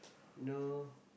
you know